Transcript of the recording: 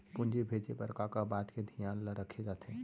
पूंजी भेजे बर का का बात के धियान ल रखे जाथे?